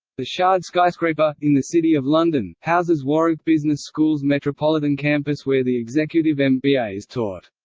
the shard skyscraper, in the city of london, houses warwick business school's metropolitan campus where the executive and mba is taught.